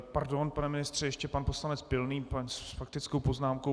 Pardon, pane ministře, ještě pan poslanec Pilný s faktickou poznámkou.